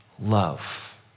love